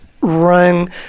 run